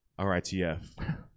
RITF